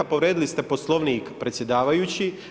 Povrijedili ste Poslovnik predsjedavajući.